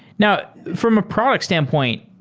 now, from a product standpoint,